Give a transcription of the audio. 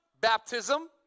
baptism